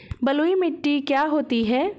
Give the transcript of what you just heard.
बलुइ मिट्टी क्या होती हैं?